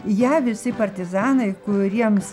ją visi partizanai kuriems